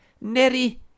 Neri